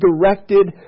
directed